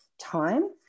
time